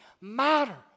matter